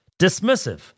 dismissive